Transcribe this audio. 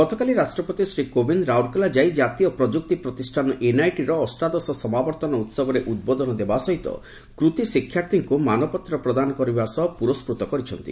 ଗତକାଲି ରାଷ୍ଟ୍ରପତି ଶ୍ରୀ କୋବିନ୍ଦ ରାଉରକେଲା ଯାଇ ଜାତୀୟ ପ୍ରଯୁକ୍ତି ପ୍ରତିଷ୍ଠାନ ଏନଆଇଟିର ଅଷ୍ଟାଦଶ ସମାବର୍ତ୍ତନ ଉହବରେ ଉଦ୍ବୋଧନ ଦେବା ସହ କୃତି ଶିକ୍ଷାର୍ଥୀଙ୍କୁ ମାନପତ୍ର ପ୍ରଦାନ କରିବା ସହ ପୁରସ୍କୃତ କରିଛନ୍ତି